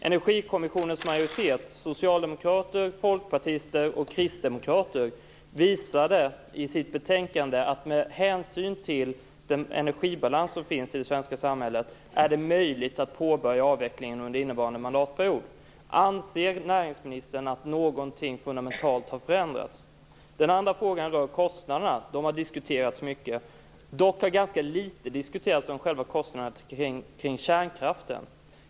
Energikommissionens majoritet - socialdemokrater, folkpartister och kristdemokrater - uttalade i sitt betänkande att med hänsyn till den energibalans som finns i det svenska samhället är det möjligt att påbörja avvecklingen under innevarande mandatperiod. Anser näringsministern att någonting fundamentalt har förändrats? Den andra frågan rör kostnaderna som har diskuterats mycket. Det har dock diskuterats ganska litet om kostnaderna kring kärnkraften.